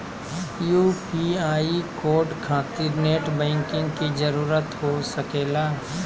UPI code खातिर net banking की जरूरत हो सके ला?